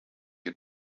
you